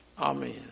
Amen